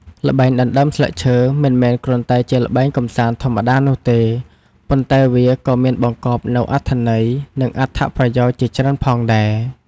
ល្បែងដណ្ដើមស្លឹកឈើ មិនមែនគ្រាន់តែជាល្បែងកម្សាន្តធម្មតានោះទេ ប៉ុន្តែវាក៏មានបង្កប់នូវអត្ថន័យ និងអត្ថប្រយោជន៍ជាច្រើនផងដែរ។